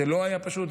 זה לא היה פשוט,